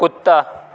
کتا